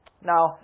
Now